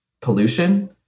pollution